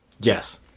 Yes